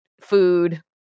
food